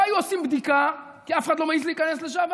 לא היו עושים בדיקה כי אף אחד לא מעז להיכנס לשם,